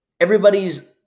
Everybody's